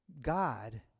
God